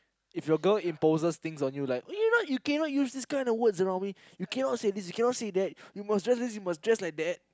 if your girl imposes things on you like oh you know what you cannot use these kind of words around me you cannot say this you cannot say that you must dress this you must dress like that